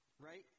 right